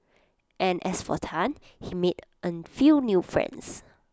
and as for Tan he made A few new friends